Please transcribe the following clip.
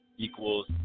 Equals